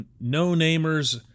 no-namers